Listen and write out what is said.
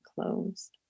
closed